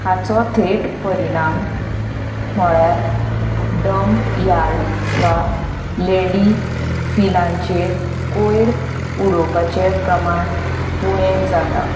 हाचो तेट परिणाम म्हणल्यार डम्प यार्ड वा लेडीफिलांचेर कयर उडोवपाचें प्रमाण उणें जाता